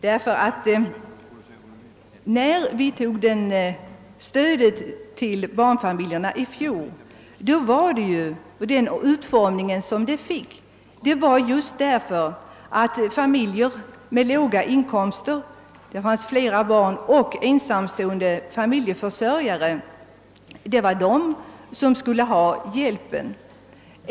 När vi beslutade om stödet till barnfamiljerna i fjol fick detta sin nuvarande utformning just därför att familjer med låga inkomster och flera barn samt ensamstående familjeförsörjare skulle ha hjälp.